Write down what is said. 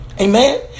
Amen